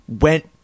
went